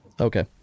Okay